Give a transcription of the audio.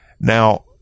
now